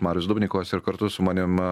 marius dubnikovas ir kartu su manim